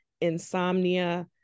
insomnia